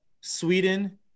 Sweden